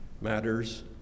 matters